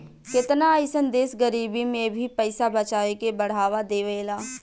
केतना अइसन देश गरीबी में भी पइसा बचावे के बढ़ावा देवेला